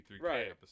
Right